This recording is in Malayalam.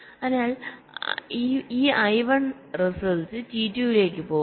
അതിനാൽ ഈ I1 റിസൾട്ട് T2 ലേക്ക് പോകും